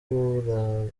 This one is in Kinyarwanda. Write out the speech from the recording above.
gukorana